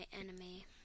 enemy